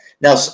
Now